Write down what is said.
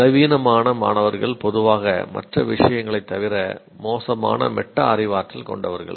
பலவீனமான மாணவர்கள் பொதுவாக மற்ற விஷயங்களைத் தவிர மோசமான மெட்டா அறிவாற்றல் கொண்டவர்கள்